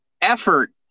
effort